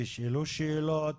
תשאלו שאלות,